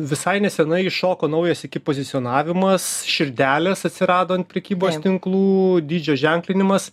visai neseniai iššoko naujas iki pozicionavimas širdelės atsirado ant prekybos tinklų dydžio ženklinimas